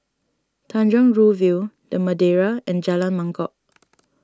Tanjong Rhu View the Madeira and Jalan Mangkok